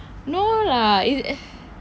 no lah is it